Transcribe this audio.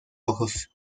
ojos